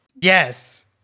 Yes